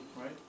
right